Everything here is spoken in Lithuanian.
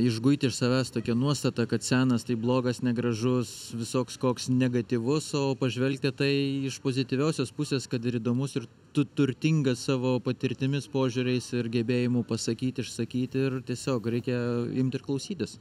išguiti iš savęs tokią nuostatą kad senas tai blogas negražus visoks koks negatyvus o pažvelgti tai iš pozityviosios pusės kad ir įdomus ir tu turtingas savo patirtimis požiūriais ir gebėjimu pasakyt išsakyt ir tiesiog reikia imt ir klausytis